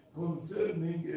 concerning